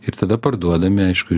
ir tada parduodami aišku